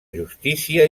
justícia